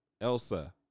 Elsa